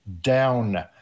down